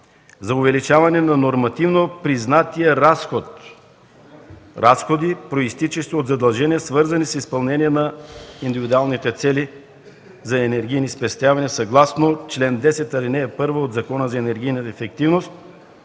за увеличаване на нормативно признатия разход – разходи, произтичащи от задължения, свързани с изпълнение на индивидуалните цели за енергийни спестявания съгласно чл. 10, ал. 1 от Закона за енергийната ефективност,